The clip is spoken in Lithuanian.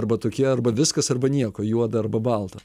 arba tokie arba viskas arba nieko juoda arba balta